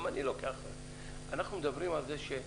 אנחנו מדברים על זה ש,